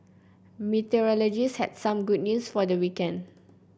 meteorologists had some good news for the weekend